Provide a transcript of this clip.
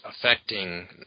affecting